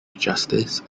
justice